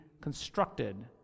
constructed